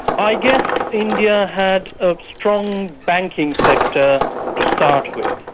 i guess india had a strong banking sector to start with.